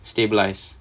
stabilise